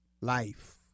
Life